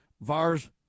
VARs